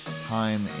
time